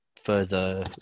further